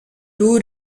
too